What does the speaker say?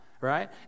right